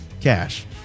cash